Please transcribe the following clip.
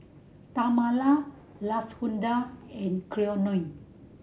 Tamala Lashunda and Cleone